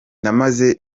namaze